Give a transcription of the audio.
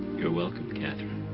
you're welcome, katherine.